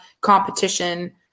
competition